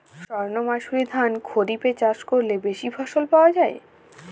সর্ণমাসুরি ধান খরিপে চাষ করলে বেশি ফলন পাওয়া যায়?